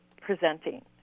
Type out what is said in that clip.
presenting